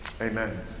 amen